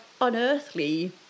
unearthly